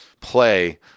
play